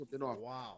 wow